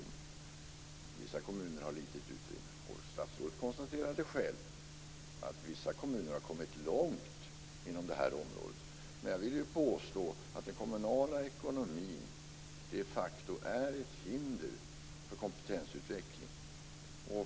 Vissa kommuner har litet utrymme. Statsrådet konstaterade själv att visa kommuner har kommit långt inom detta område. Men jag vill påstå att den kommunala ekonomin de facto är ett hinder för kompetensutveckling.